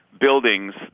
buildings